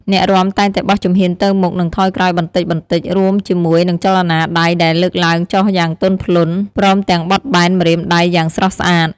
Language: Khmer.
អ្នករាំតែងតែបោះជំហានទៅមុខ និងថយក្រោយបន្តិចៗ រួមជាមួយនឹងចលនាដៃដែលលើកឡើងចុះយ៉ាងទន់ភ្លន់ ព្រមទាំងបត់បែនម្រាមដៃយ៉ាងស្រស់ស្អាត។